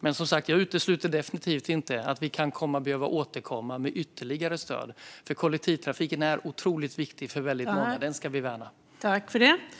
Jag utesluter som sagt definitivt inte att vi kan komma att behöva återkomma med ytterligare stöd. Kollektivtrafiken är nämligen otroligt viktig för många. Vi ska värna den.